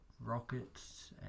Rockets